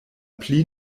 pli